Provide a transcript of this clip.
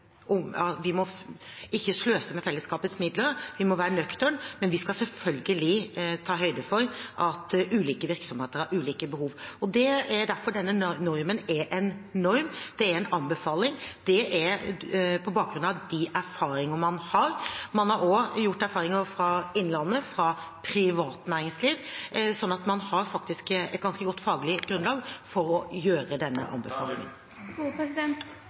ikke sløse med fellesskapets midler, vi må være nøkterne. Men vi skal selvfølgelig ta høyde for at ulike virksomheter har ulike behov, og det er derfor denne normen er en norm, det er en anbefaling. Det er på bakgrunn av de erfaringer man har. Man har også erfaringer fra utlandet, fra privat næringsliv, så man har faktisk et ganske godt faglig grunnlag for å gjøre denne